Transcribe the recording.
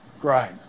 Great